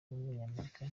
w’umunyamerika